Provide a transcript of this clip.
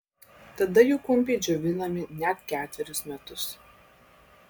tada jų kumpiai džiovinami net ketverius metus